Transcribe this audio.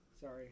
Sorry